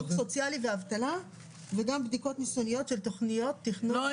סוציאלי ואבטלה וגם בדיקות ניסיוניות של תכניות תכנון --- לא,